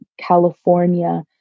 california